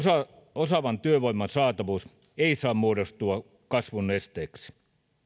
osaavan työvoiman saatavuus ei saa muodostua kasvun esteeksi